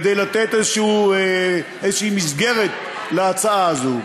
כדי לתת איזושהי מסגרת להצעה הזו.